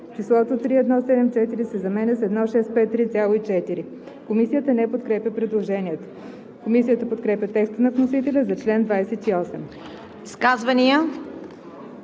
числото „350“ се заменя с „488“.“ Комисията не подкрепя предложението. Комисията подкрепя текста на вносителя за чл. 59.